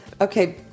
Okay